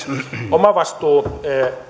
omavastuu